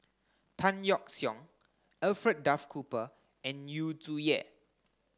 Tan Yeok Seong Alfred Duff Cooper and Yu Zhuye